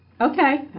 Okay